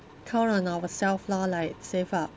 count on ourself lor like save up